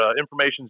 information